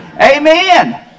Amen